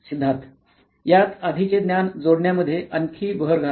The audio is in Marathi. सिद्धार्थ यात आधीचे ज्ञान जोडण्या मध्ये आणखी भर घाला